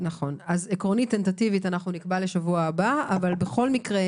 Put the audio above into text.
אז עקרונית נקבע לשבוע הבא, אבל בכל מקרה